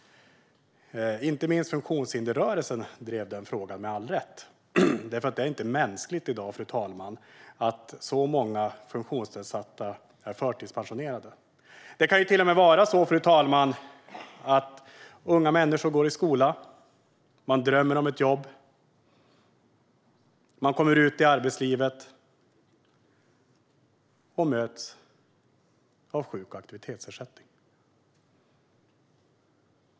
Inte minst funktionshindersrörelsen drev frågan, med all rätt. Det är nämligen inte mänskligt att så många funktionsnedsatta är förtidspensionerade i dag, fru talman. Det kan till och med vara på det sättet att unga människor går i skolan och drömmer om ett jobb. Men när de kommer ut i arbetslivet möts de av sjuk och aktivitetsersättning.